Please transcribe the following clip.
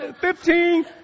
Fifteen